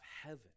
heaven